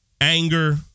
anger